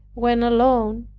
when alone,